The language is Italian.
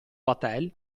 vatel